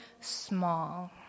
small